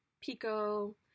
Pico